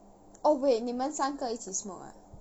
oh wait 你们三个一起 smoke ah